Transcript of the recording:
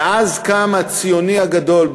ואז קם הציוני הגדול,